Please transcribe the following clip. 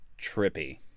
trippy